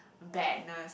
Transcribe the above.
badness